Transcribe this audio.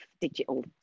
digital